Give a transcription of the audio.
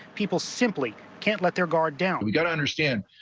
people simply can't get their guard down. we got to understand,